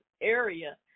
area